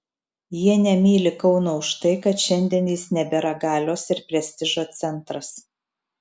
jie nemyli kauno už tai kad šiandien jis nebėra galios ir prestižo centras